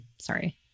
Sorry